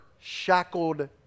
shackled